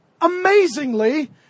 amazingly